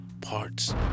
parts